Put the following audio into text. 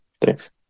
thanks